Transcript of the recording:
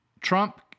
Trump